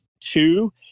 two